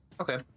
Okay